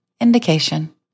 Indication